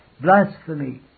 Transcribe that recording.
blasphemy